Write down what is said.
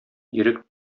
ирек